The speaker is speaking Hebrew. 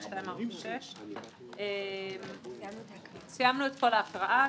1246. סיימנו את כל ההכרעה.